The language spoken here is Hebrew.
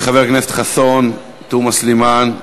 חבר הכנסת חסון, תומא סלימאן.